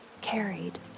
carried